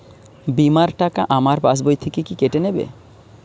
বিমার টাকা আমার পাশ বই থেকে কি কেটে নেবে?